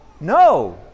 No